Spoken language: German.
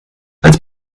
als